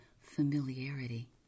familiarity